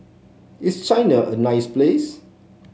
is China a nice place